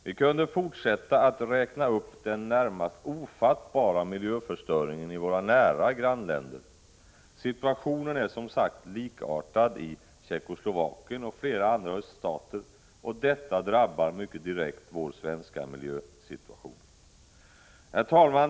Vi kunde fortsätta att räkna upp den närmast ofattbara miljöförstöringen i våra nära grannländer. Situationen är som sagt likartad i Tjeckoslovakien och flera andra öststater, och detta drabbar mycket direkt vår svenska miljösituation. Herr talman!